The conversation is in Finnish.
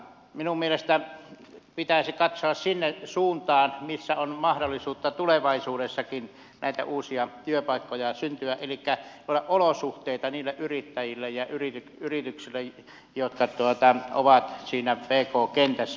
minun mielestäni pitäisi katsoa sinne suuntaan missä on mahdollisuutta tulevaisuudessakin näitä uusia työpaikkoja syntyä elikkä luoda olosuhteita niille yrittäjille ja yrityksille jotka ovat siinä pk kentässä